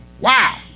wow